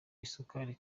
isukari